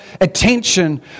attention